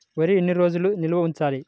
వరి ఎన్ని రోజులు నిల్వ ఉంచాలి?